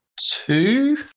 Two